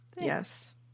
yes